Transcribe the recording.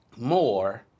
more